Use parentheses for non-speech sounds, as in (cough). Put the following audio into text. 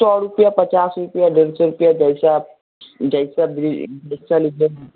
सौ रूपया पचास रूपया डेढ़ सौ रूपया जैसे आप जैसा ब्री (unintelligible)